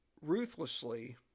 ruthlessly